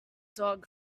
dog